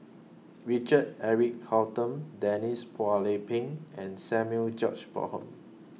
Richard Eric Holttum Denise Phua Lay Peng and Samuel George Bonham